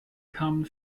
kamen